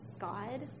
God